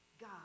God